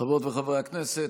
חברות וחברי הכנסת,